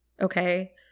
okay